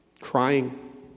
Crying